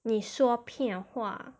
你说骗话